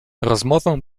rozmowę